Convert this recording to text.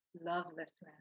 lovelessness